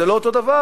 זה לא אותו דבר.